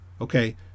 okay